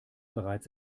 bereits